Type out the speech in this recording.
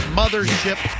mothership